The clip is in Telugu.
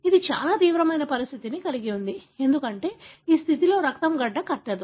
ఇది చాలా తీవ్రమైన పరిస్థితిని కలిగి ఉంది ఎందుకంటే ఈ స్థితిలో రక్తం గడ్డకట్టదు